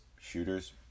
shooters